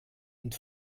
und